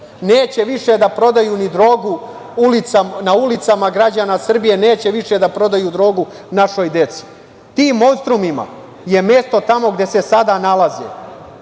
neće više da prodaju ni drogu na ulicama građana Srbije, neće više da prodaju drogu našoj deci. Tim monstrumima je mesto gde se sada nalaze,